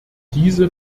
diese